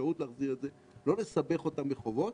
האפשרות להחזיר את זה ולא לסבך אותם בחובות.